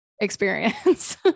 experience